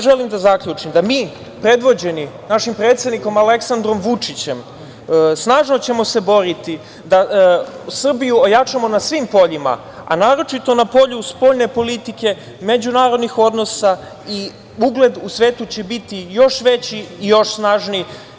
Želim da zaključim, da mi predvođeni našim predsednikom Aleksandrom Vučićem, snažno ćemo se boriti da Srbiju ojačamo na svim poljima, a naročito na polju spoljne politike, međunarodnih odnosa i ugled u svetu će biti još veći i još snažniji.